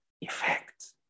effect